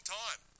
time